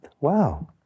Wow